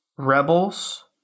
Rebels